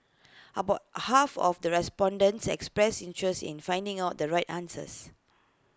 about half of the respondents expressed interests in finding out the right answers